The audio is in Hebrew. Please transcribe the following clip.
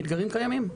האתגרים קיימים,